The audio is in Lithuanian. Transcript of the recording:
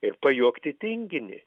ir pajuokti tinginį